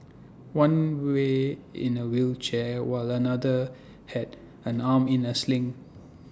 one way in A wheelchair while another had an arm in A sling